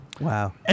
Wow